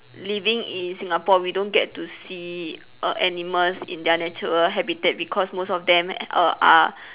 living in Singapore we don't get to see err animals in their natural habitat because most of them err are